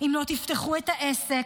תושבי הצפון,